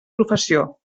professió